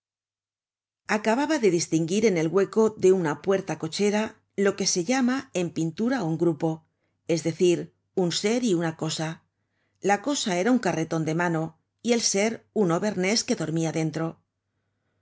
acababa de distinguir en el hueco de una puerta-cochera lo que se llama en pintura un grupo es decir un ser y una cosa la cosa era un carreton de mano y el ser un auvernés que dormia dentro